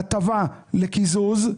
הטבה לקיזוז,